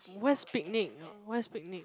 where's Picnic where's Picnic